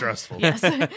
stressful